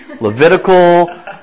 Levitical